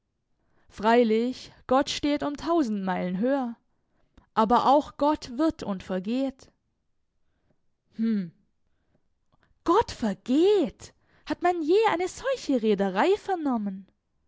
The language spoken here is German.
freilich gott steht um tausend meilen höher aber auch gott wird und vergeht hm gott vergeht hat man je eine solche rederei vernommen